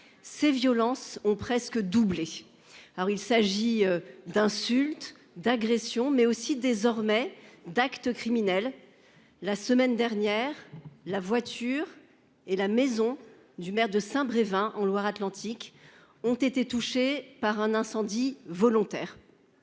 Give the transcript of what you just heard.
Ces violences ont presque doublé. Alors il s'agit d'insultes, d'agressions mais aussi désormais d'actes criminels. La semaine dernière la voiture et la maison du maire de Saint-Brévin en Loire-Atlantique ont été touchées par un incendie volontaire.